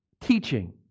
teaching